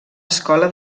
escola